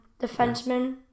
defenseman